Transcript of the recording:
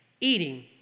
eating